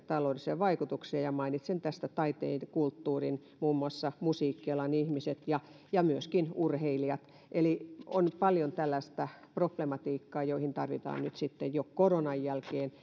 taloudellisia vaikutuksia ja mainitsen tästä taiteen ja kulttuurin muun muassa musiikkialan ihmiset ja ja myöskin urheilijat eli on paljon tällaista problematiikkaa joihin tarvitaan nyt sitten toimia koronan jälkeen